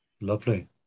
lovely